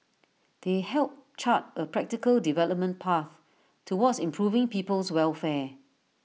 they help chart A practical development path towards improving people's welfare